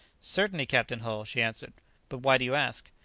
certainly, captain hull, she answered but why do you ask?